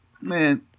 man